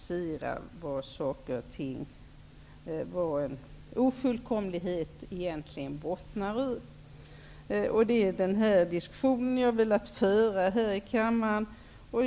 Dessa data är ofta uppsamlade för ett annat ändamål. Det är den diskussionen jag velat föra här i kammaren.